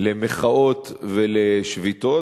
למחאות ולשביתות,